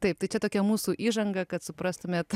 taip tai čia tokia mūsų įžanga kad suprastumėt